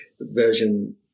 version